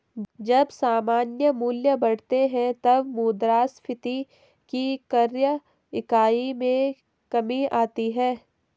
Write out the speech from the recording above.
जब सामान्य मूल्य बढ़ते हैं, तब मुद्रास्फीति की क्रय इकाई में कमी आती है